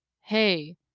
hey